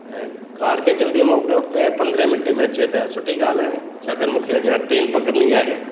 ऐं कार खे जल्दी मोकिलियो ॾह पंद्रहे मिंटे में अचे त सुठी ॻाल्हि आहे छाकाणि मूंखे अॻियां ट्रेन पकिड़िणी आहे